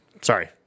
Sorry